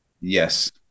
Yes